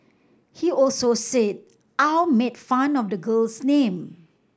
he also said Au made fun of the girl's name